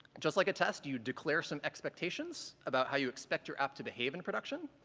just like a test, you declare some expectations about how you expect your app to behave in production,